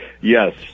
Yes